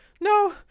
no